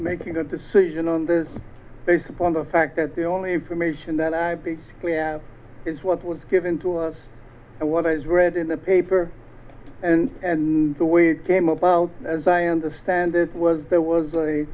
making a decision on this based upon the fact that the only information that i basically have is what was given to us and what i was read in the paper and the way it came about as i understand it was there was a